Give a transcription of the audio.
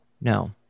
no